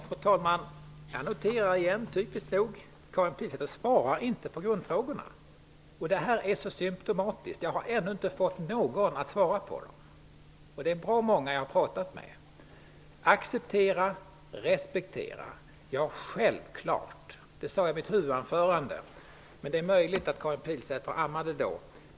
Fru talman! Jag noterar igen, typiskt nog, att Karin Pilsäter inte svarar på grundfrågorna. Det är så symtomatiskt. Jag har ännu inte fått någon att svara på frågorna, och jag har pratat med bra många. Det är självklart fråga om att acceptera och respektera. Det sade jag i mitt huvudanförande. Men det är möjligt att Karin Pilsäter ammade då.